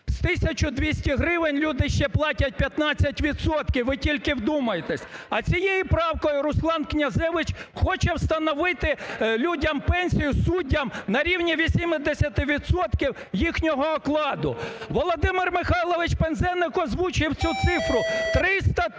200 гривень люди ще платять 15 відсотків, ви тільки вдумайтеся. А цією правкою Руслан Князевич хоче встановити людям пенсію, суддям на рівні 80 відсотків їхнього окладу. Володимир Михайлович Пинзеник озвучив цю цифру – 300 тисяч.